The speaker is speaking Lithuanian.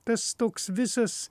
tas toks visas